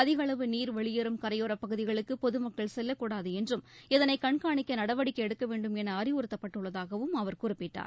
அதிக அளவு நீர் வெளியேறும் கரையோரப் பகுதிகளுக்கு பொது மக்கள் செல்லக்கூடாது என்றும் இதனை கண்காணிக்க நடவடிக்கை எடுக்க வேண்டும் என அறிவுறுத்தப்பட்டுள்ளதாகவும் அவர் குறிப்பிட்டார்